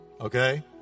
okay